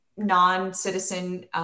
non-citizen